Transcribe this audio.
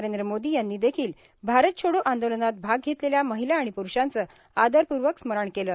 नरेंद्र मोदी यांनी देखील भारत छोडो आंदोलनात भाग घेतलेल्या महिला आणि पुरूषांचं आदरपूर्वक स्मरण केलं